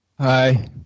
Hi